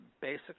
basic